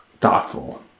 thoughtful